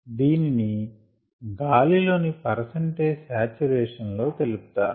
దీనిని గాలిలోని percentage saturation లో తెలుపుతారు